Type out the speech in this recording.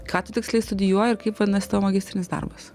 ką tu tiksliai studijuoji ir kaip vadinasi tavo magistrinis darbas